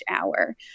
hour